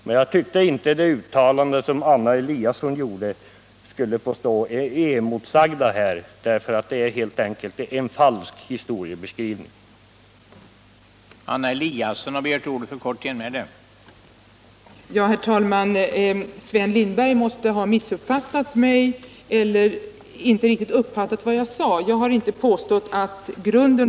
Men jag tyckte inte att de uttalanden som Anna Eliasson gjorde skulle få stå oemotsagda, för det var helt enkelt en falsk historiebeskrivning hon gav.